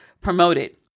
promoted